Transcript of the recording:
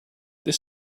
this